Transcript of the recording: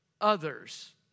others